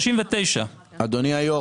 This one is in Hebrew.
39. אדוני היושב ראש,